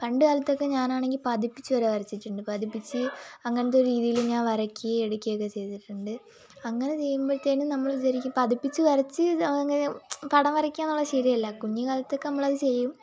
പണ്ട് കാലത്തൊക്കെ ഞാനാണെങ്കിൽ പതിപ്പിച്ച് വരെ വരച്ചിട്ടുണ്ട് പതിപ്പിച്ച അങ്ങനത്തെ രീതിയിൽ ഞാൻ വരയ്ക്കുകയും എടുക്കുകയും ഒക്കെ ചെയ്തിട്ടുണ്ട് അങ്ങനെ ചെയ്യുമ്പോഴത്തേനും നമ്മൾ വിചാരിക്കും പതിപ്പിച്ച് വരച്ച് അങ്ങനെ പടം വരയ്ക്കുക എന്നുള്ളത് ശരിയല്ല കുഞ്ഞുകാലത്ത് ഒക്കെ നമ്മളത് ചെയ്യും